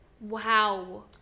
Wow